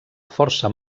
força